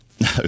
no